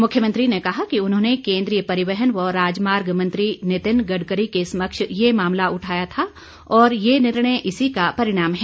मुख्यमंत्री ने कहा कि उन्होंने केन्द्रीय परिवहन व राजमार्ग मंत्री नितिन गडकरी के समक्ष ये मामला उठाया था और ये निर्णय इसी का परिणाम है